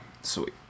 Sweet